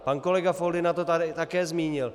Pan kolega Foldyna to tady také zmínil.